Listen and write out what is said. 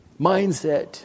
mindset